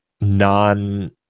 non